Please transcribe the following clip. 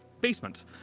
basement